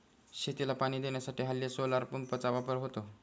शेतीला पाणी देण्यासाठी हल्ली सोलार पंपचा वापर होतो